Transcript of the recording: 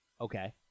okay